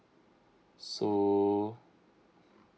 so